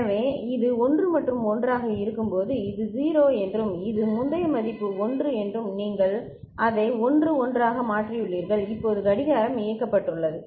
எனவே இது 1 மற்றும் 1 ஆக இருக்கும்போது இது 0 என்றும் இது முந்தைய மதிப்பு 1 என்றும் நீங்கள் அதை 1 1 ஆக மாற்றியுள்ளீர்கள் இப்போது கடிகாரம் இயக்கப்பட்டது